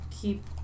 keep